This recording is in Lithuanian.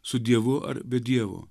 su dievu ar be dievo